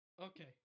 Okay